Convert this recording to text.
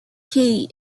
key